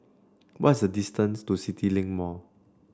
what is the distance to CityLink Mall